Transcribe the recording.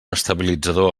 estabilitzador